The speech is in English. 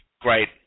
great